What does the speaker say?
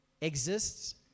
Exists